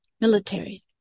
military